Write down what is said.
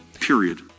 period